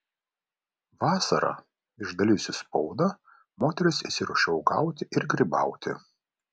vasarą išdalijusi spaudą moteris išsiruošia uogauti ir grybauti